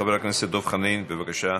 חבר הכנסת דב חנין, בבקשה.